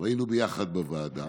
היינו ביחד בוועדה.